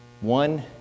One